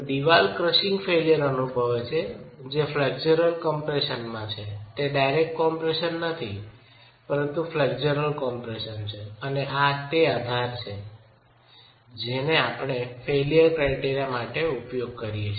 દિવાલ crushing failure અનુભવે છે જે ફ્લેક્ચરલ કમ્પ્રેશનમાં છે તે ડાયરેક્ટ કમ્પ્રેશન નથી પરંતુ ફ્લેક્ચરલ કમ્પ્રેશન છે અને આ તે આધાર છે જેનો આપણે ફેઇલ્યર ક્રાઈટેરિયા માટે ઉપયોગ કરીએ છીએ